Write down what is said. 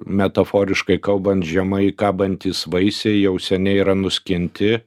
metaforiškai kalbant žemai kabantys vaisiai jau seniai yra nuskinti